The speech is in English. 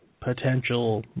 potential